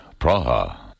Praha